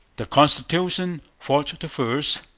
the constitution fought the first,